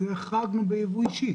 את זה החרגנו בייבוא אישי.